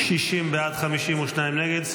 60 בעד, 52 נגד.